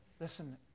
Listen